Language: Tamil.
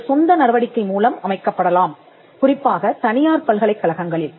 இது சொந்த நடவடிக்கை மூலம் அமைக்கப்படலாம் குறிப்பாகத் தனியார் பல்கலைக்கழகங்களில்